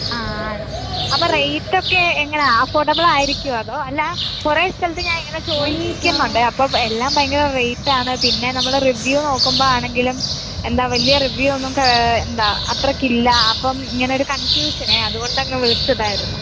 ആ ആണോ അപ്പോൾ റേറ്റ് ഒക്കെ എങ്ങനെയാണ് അഫോർഡബൾ ആയിരിക്കുമോ അതോ അല്ല കുറെ സ്ഥലത്ത് ഞാൻ ഇങ്ങനെ ചോദിക്കുന്നുണ്ട് അപ്പോൾ എല്ലാം ഭയങ്കര റേറ്റ് ആണ് പിന്നെ നമ്മൾ റിവ്യു നോക്കുമ്പോൾ ആണെങ്കിലും എന്താ വലിയ റിവ്യു ഒന്നും എന്താ അത്രയ്ക്ക് ഇല്ല അപ്പം ഇങ്ങനെ ഒരു കൺഫ്യൂഷനേ അതുകൊണ്ട് അങ്ങ് വിളിച്ചതായിരുന്നു